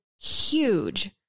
Huge